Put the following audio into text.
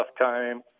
time